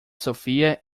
sophia